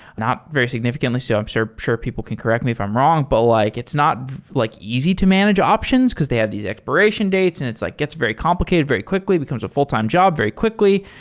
not very significantly. so i'm so sure people can correct me if i'm wrong, but like it's not like easy to manage options because they had these expiration dates and it's like gets very complicated very quickly. it becomes a full-time job very quickly.